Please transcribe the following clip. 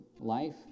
life